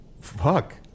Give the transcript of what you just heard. fuck